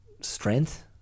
strength